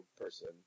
person